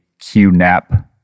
QNAP